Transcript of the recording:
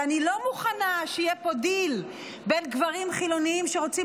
ואני לא מוכנה שיהיה פה דיל בין גברים חילונים שרוצים